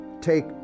take